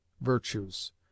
virtues